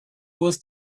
was